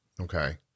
Okay